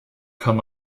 kann